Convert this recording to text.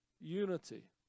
unity